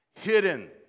hidden